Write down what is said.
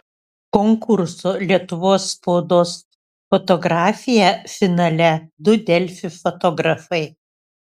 konkurso lietuvos spaudos fotografija finale du delfi fotografai